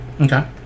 Okay